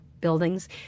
buildings